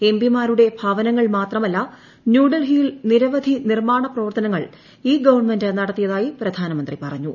എംപിമാരുടെ ഭവനങ്ങൾ ്മാത്രമല്ല ന്യൂഡൽഹിയിൽ നിരവധി നിർമാണ പ്രവർത്തനങ്ങൾ ഈ ഗവൺമെന്റ് നടത്തിയതായി പ്രധാനമന്ത്രി പറഞ്ഞു